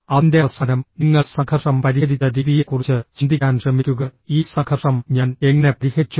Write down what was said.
അതിന്റെ അവസാനം നിങ്ങൾ സംഘർഷം പരിഹരിച്ച രീതിയെക്കുറിച്ച് ചിന്തിക്കാൻ ശ്രമിക്കുകഃ ഈ സംഘർഷം ഞാൻ എങ്ങനെ പരിഹരിച്ചു